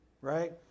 right